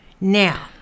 now